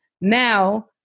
now